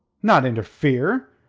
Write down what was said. not interfere?